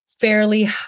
Fairly